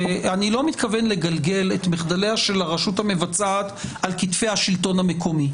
אני לא מתכוון לגלגל את מחדליה של הרשות המבצעת על כתפי השלטון המקומי.